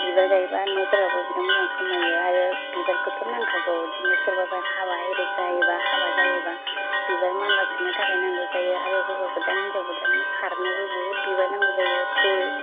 बिबार गायबा न'फोराबो बिराथ मोजां समायो आरो बिबारखौथ' नांखागौ बिदिनो सोरबाफोर हाबा आरि जायोबा हाबा जायोबा बिबार माला सुनो थाखाय नांगौ जायो आरो हौवा गोदान हिन्जाव गोदाननो सारनोबो बुहुथ बिबार नांगौ जायो फुल